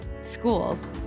schools